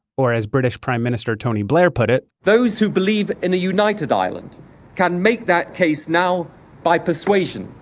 or as british prime minister tony blair put it. those who believe in a united ireland can make that case now by persuasion,